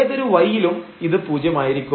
ഏതൊരു y ലും ഇത് പൂജ്യമായിരിക്കും